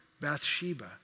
Bathsheba